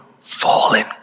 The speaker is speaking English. fallen